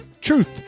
Truth